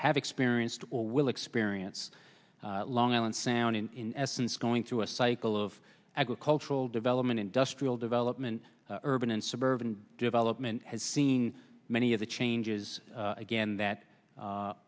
have experienced or will experience long island sound in essence going through a cycle of agricultural development industrial development urban and suburban development has seen many of the changes again that